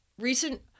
recent